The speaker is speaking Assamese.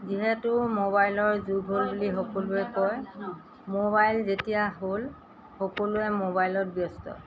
যিহেতু মোবাইলৰ যোগ হ'ল বুলি সকলোৱে কয় মোবাইল যেতিয়া হ'ল সকলোৱে মোবাইলত ব্যস্ত